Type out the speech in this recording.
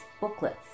booklets